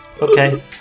Okay